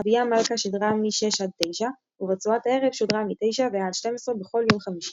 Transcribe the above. אביה מלכה שידרה 1800–2100 ורצועת הערב שודרה 2100–0000 בכל יום חמישי